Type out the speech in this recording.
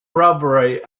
robbery